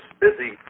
busy